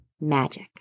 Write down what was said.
magic